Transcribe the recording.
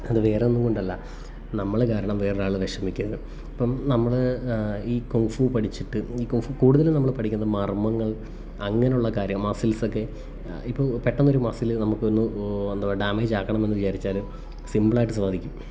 അതു വേറൊന്നും കൊണ്ടല്ല നമ്മൾ കാരണം വേറൊരാൾ വിഷമിക്കരുത് ഇപ്പം നമ്മൾ ഈ കുംഫു പഠിച്ചിട്ട് ഈ കുംഫു കൂടുതലും നമ്മൾ പഠിക്കുന്നത് മർമ്മങ്ങൾ അങ്ങനെയുള്ള കാര്യമാണ് മസിൽസ്സൊക്കെ ഇപ്പോൾ പെട്ടെന്നൊരു മസിൽ നമുക്കൊന്ന് എന്ത്വാ ഡാമേജാക്കണമെന്നു വിചാരിച്ചാൽ സിമ്പിളായിട്ടു സാധിക്കും